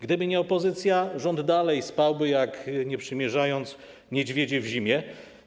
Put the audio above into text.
Gdyby nie opozycja, rząd dalej spałby jak, nie przymierzając, niedźwiedzie w zimie.